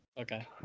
Okay